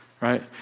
right